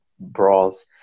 brawls